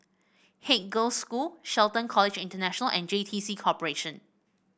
Haig Girls' School Shelton College International and J T C Corporation